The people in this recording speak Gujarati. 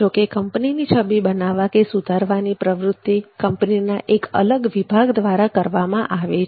જોકે કંપનીની છબી બનાવવાની કે સુધારવાની પ્રવૃત્તિ કંપનીના એક અલગ વિભાગ દ્વારા કરવામાં આવે છે